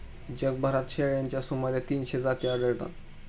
जगभरात शेळ्यांच्या सुमारे तीनशे जाती आढळतात